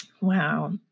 Wow